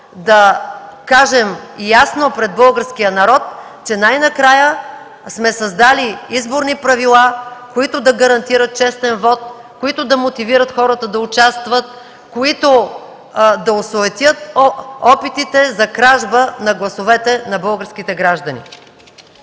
да кажем ясно пред българския народ, че най-накрая сме създали изборни правила, които да гарантират честен вот, да мотивират хората да участват, да осуетят опитите за кражба на гласовете на българските граждани.